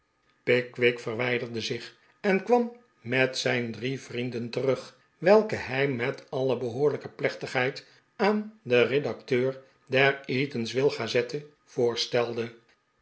pickwick verwijderde zich en kwam met zijn drie vrienden terug welke hij met alle behoorlijke plechtigheid aan den redacteur der eatanswill gazette voorstelde